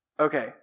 Okay